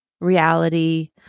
reality